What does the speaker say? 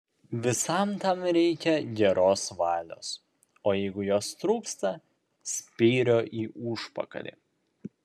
visam tam reikia geros valios o jeigu jos trūksta spyrio į užpakalį